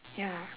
ya